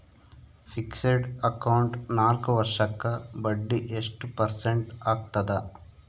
Fixed account ನಾಲ್ಕು ವರ್ಷಕ್ಕ ಬಡ್ಡಿ ಎಷ್ಟು ಪರ್ಸೆಂಟ್ ಆಗ್ತದ?